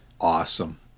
awesome